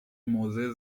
موضع